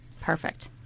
Perfect